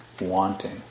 wanting